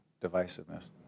divisiveness